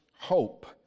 hope